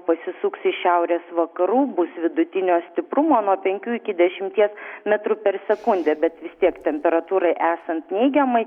pasisuks iš šiaurės vakarų bus vidutinio stiprumo nuo penkių iki dešimties metrų per sekundę bet vis tiek temperatūrai esant neigiamai